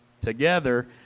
Together